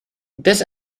this